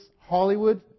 Hollywood